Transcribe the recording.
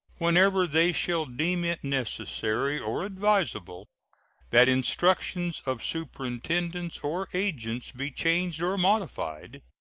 whenever they shall deem it necessary or advisable that instructions of superintendents or agents be changed or modified,